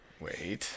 Wait